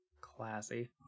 classy